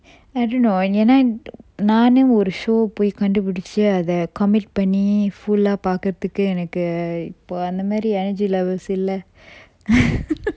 I don't know ஏன்னா நானே ஒரு:eanna nane oru show போய் கண்டுபுடிச்சி அத:poai kandupudichi atha comit பண்ணி:panni full ah பாக்குறதுக்கு எனக்கு இப்ப அந்த மாறி:pakkurathukku enakku ippa antha mari energy levels இல்ல:illa